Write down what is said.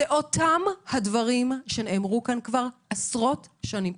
אלה אותם הדברים שנאמרו כאן כבר עשרות שנים.